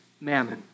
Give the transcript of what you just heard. mammon